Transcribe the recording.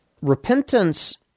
repentance